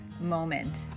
moment